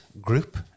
group